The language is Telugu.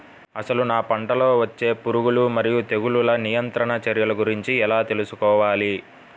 అసలు నా పంటలో వచ్చే పురుగులు మరియు తెగులుల నియంత్రణ చర్యల గురించి ఎలా తెలుసుకోవాలి?